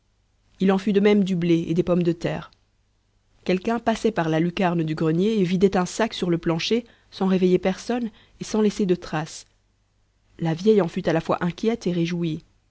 il en fut de même du blé et des pommes de terre quelqu'un passait par la lucarne du grenier et vidait un sac sur le plancher sans réveiller personne et sans laisser de traces la vieille en fut à la fois inquiète et réjouie